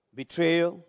betrayal